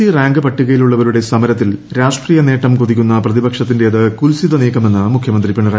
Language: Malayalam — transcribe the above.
സി റാങ്ക് പട്ടിക്യിലുള്ളവരുടെ സമരത്തിൽ രാഷ്ട്രീയ നേട്ടം കൊതിക്കുന്ന പ്രതിപക്ഷത്തിന്റേത് കുത്സിത നീക്കമെന്ന് മുഖ്യമന്ത്രി പിണറായി വിജയൻ